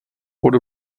budu